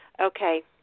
Okay